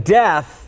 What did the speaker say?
death